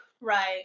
Right